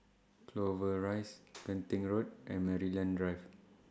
Clover Rise Genting Road and Maryland Drive